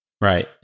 Right